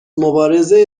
مبارزه